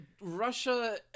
Russia